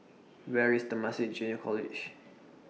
Where IS Temasek Junior College